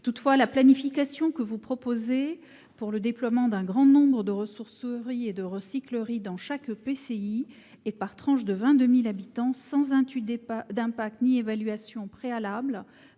Toutefois, la planification que vous proposez pour le déploiement d'un grand nombre de ressourceries et de recycleries dans chaque EPCI et par tranche de 22 000 habitants sans étude d'impact ni évaluation préalable